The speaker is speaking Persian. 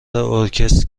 ارکستر